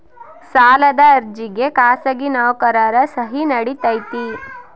ಸಾಲದ ಅರ್ಜಿಗೆ ಖಾಸಗಿ ನೌಕರರ ಸಹಿ ನಡಿತೈತಿ?